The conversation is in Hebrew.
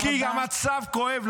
כי המצב כואב.